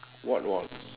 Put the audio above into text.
what was